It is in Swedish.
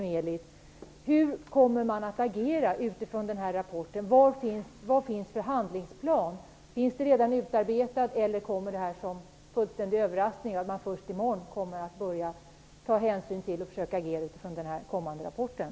Jag undrar hur man kommer att agera utifrån denna rapport. Finns det redan en utarbetad handlingsplan, eller kommer det här som en fullständig överraskning, så att man först i morgon kommer att börja ta hänsyn till och försöka agera utifrån den kommande rapporten?